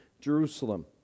Jerusalem